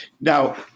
Now-